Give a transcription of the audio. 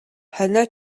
хонио